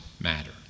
matter